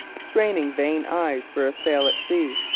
straining vain eyes for a sail at sea,